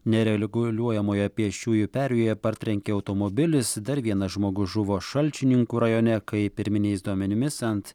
nerelguliuojamoje pėsčiųjų perėjoje partrenkė automobilis dar vienas žmogus žuvo šalčininkų rajone kai pirminiais duomenimis ant